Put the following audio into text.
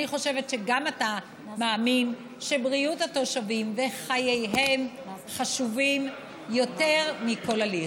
אני חושבת שגם אתה מאמין שבריאות התושבים וחייהם חשובים יותר מכל הליך.